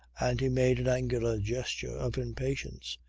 and he made an angular gesture of impatience.